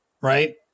right